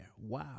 Wow